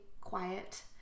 quiet